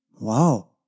Wow